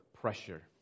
pressure